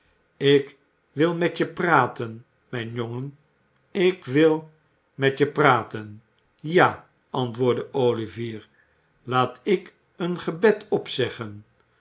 ik wil met je praten mijn jongen ik wil met je praten ja ja antwoordde olivier laat ik een gebed opzeggen